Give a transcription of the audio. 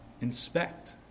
Inspect